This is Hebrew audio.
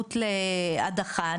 נבצרות להדחה,